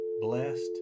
blessed